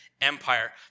Empire